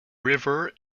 river